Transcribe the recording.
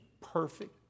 perfect